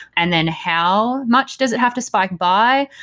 and then how much does it have to spike by?